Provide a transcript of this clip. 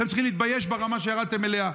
אתם צריכים להתבייש ברמה שירדתם אליה,